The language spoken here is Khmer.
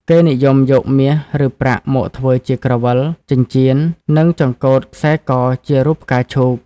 គេនិយមយកមាសឬប្រាក់មកធ្វើជាក្រវិល ចិញ្ចៀន និងចង្កូតខ្សែកជារូបផ្កាឈូក។